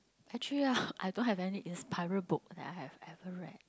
actually hor I don't have any inspiring book that I've ever read